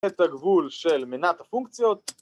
‫את הגבול של מנת הפונקציות.